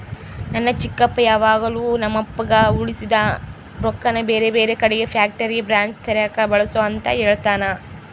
ನನ್ನ ಚಿಕ್ಕಪ್ಪ ಯಾವಾಗಲು ನಮ್ಮಪ್ಪಗ ಉಳಿಸಿದ ರೊಕ್ಕನ ಬೇರೆಬೇರೆ ಕಡಿಗೆ ಫ್ಯಾಕ್ಟರಿಯ ಬ್ರಾಂಚ್ ತೆರೆಕ ಬಳಸು ಅಂತ ಹೇಳ್ತಾನಾ